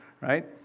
right